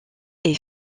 est